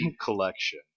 collection